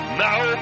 now